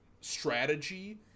strategy